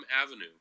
Avenue